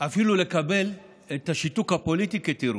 לקבל את השיתוק הפוליטי כתירוץ.